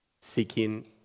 seeking